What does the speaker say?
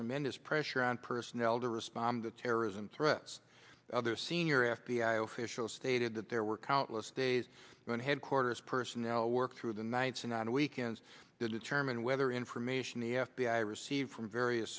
tremendous pressure on personnel to respond to terrorism threats other senior f b i officials stated that there were countless days when headquarters personnel work through the nights and on weekends to determine whether information the f b i received from various